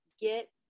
get